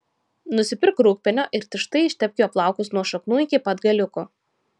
nusipirk rūgpienio ir tirštai ištepk juo plaukus nuo šaknų iki pat galiukų